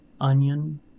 onion